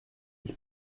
ich